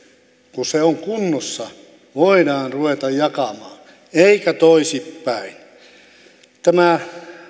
kun se on kunnossa voidaan ruveta jakamaan eikä toisinpäin tämä